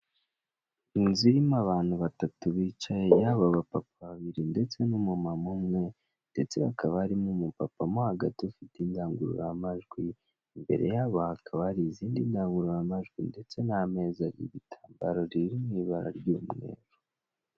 Inzu irimo abantu batatu bicaye yaba aba papa babiri ndetse numu mama umwe ndetse hakaba harimo umu papa mo hagati ufite indangurura majwi imbere yabo hakaba hari izindi ndangurura majwi ndetse nameza ariho igitambaro riri mwibara ry'umweru.